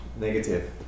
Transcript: Negative